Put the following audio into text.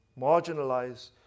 marginalized